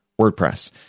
WordPress